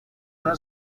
una